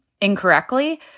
incorrectly